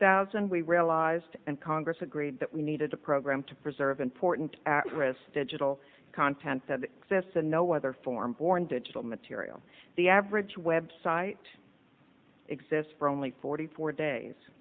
thousand we realized and congress agreed that we needed a program to preserve important actress digital content that exists and no other form born digital material the average web site exists for only forty four days